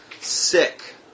Sick